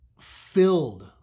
filled